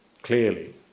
Clearly